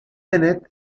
bennett